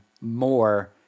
more